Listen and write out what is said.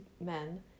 men